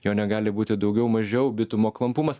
jo negali būti daugiau mažiau bitumo klampumas